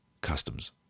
Customs